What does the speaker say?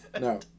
No